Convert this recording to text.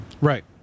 right